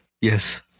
Yes